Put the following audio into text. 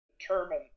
determine